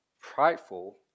prideful